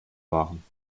waren